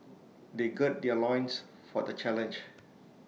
they gird their loins for the challenge